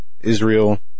Israel